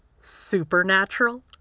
supernatural